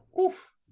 Oof